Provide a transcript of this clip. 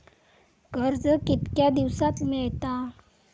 कर्ज कितक्या दिवसात मेळता?